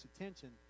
attention